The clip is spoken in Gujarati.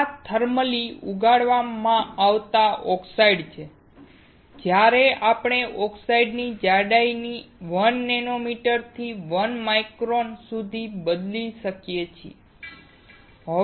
આ થર્મલી ઉગાડવામાં આવતા ઓક્સાઇડ છે જ્યાં આપણે ઓક્સાઇડ ની જાડાઈ 1 નેનોમીટરથી 1 માઇક્રોન સુધી બદલી શકીએ છીએ